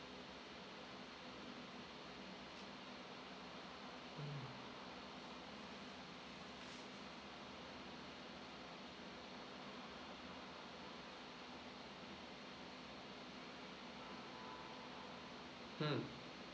mm